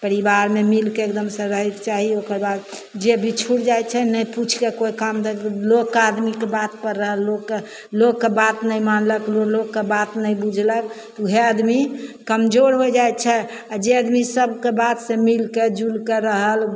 परिवारमे मिलिके एगदमसे रहैके चाही ओकरबाद जे बिछुड़ जाइ छै ने पुछिके कोइ काम लोक आदमीके बातपर रहल लोकके लोकके बात नहि मानलक लोकके बात नहि बुझलक वएह आदमी कमजोर हो जाइ छै आओर जे आदमी सबके बात मिलिके जुलिके रहल